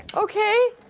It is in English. okay.